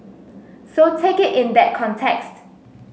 so take it in that context